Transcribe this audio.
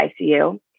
ICU